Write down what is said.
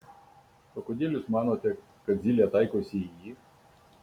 o kodėl jūs manote kad zylė taikosi į jį